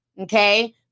Okay